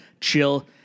chill